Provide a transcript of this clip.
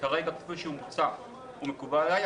כרגע כפי שהוא מוצע הוא מקובל עלי,